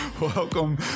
Welcome